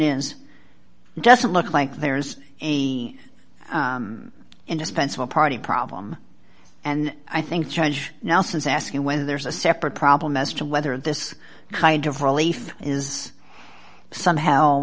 it doesn't look like there's a indispensable party problem and i think change nelson's asking whether there's a separate problem as to whether this kind of relief is somehow